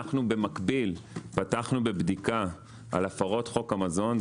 אנו במקביל פתחנו בבדיקה על הפרות חוק המזון.